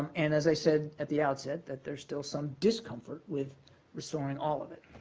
and as i said at the outset, that there's still some discomfort with restoring all of it.